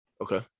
Okay